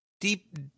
deep